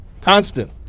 Constant